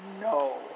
no